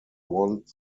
want